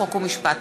חוק ומשפט.